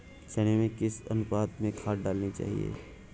चने में किस अनुपात में खाद डालनी चाहिए?